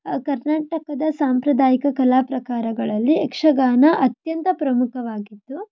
ಕರ್ನಾಟಕದ ಸಾಂಪ್ರದಾಯಿಕ ಕಲಾ ಪ್ರಕಾರಗಳಲ್ಲಿ ಯಕ್ಷಗಾನ ಅತ್ಯಂತ ಪ್ರಮುಖವಾಗಿದ್ದು